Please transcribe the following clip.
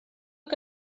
que